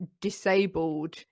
disabled